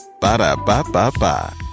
Ba-da-ba-ba-ba